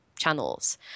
channels